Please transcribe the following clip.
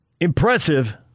Impressive